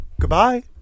Goodbye